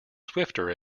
swifter